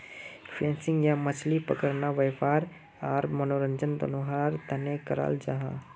fishing या मछली पकड़ना वयापार आर मनोरंजन दनोहरार तने कराल जाहा